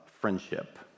friendship